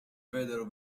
weather